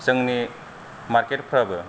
जोंनि मार्केटफ्राबो